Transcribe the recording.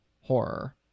horror